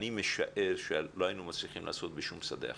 אני משער שלא היינו מצליחים לעשות בשום שדה אחר.